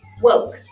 woke